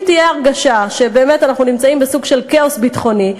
אם תהיה הרגשה שבאמת אנחנו נמצאים בסוג של כאוס ביטחוני,